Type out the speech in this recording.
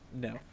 No